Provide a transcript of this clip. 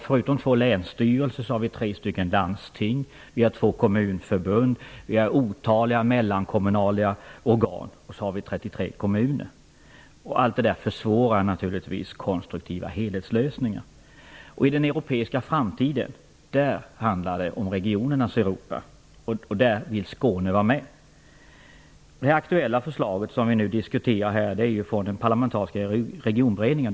Förutom två länsstyrelser har vi tre landsting, två kommunförbund, otaliga mellankommunala organ och 33 kommuner. Allt detta försvårar naturligtvis konstruktiva helhetslösningar. I den europeiska framtiden handlar det om regionernas Europa, och där vill Skåne vara med. Det förslag som vi nu diskuterar har framlagts av den parlamentariska kommittén Regionberedningen.